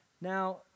Now